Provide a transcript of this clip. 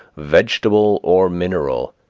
vegetable, or mineral,